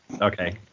okay